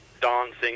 dancing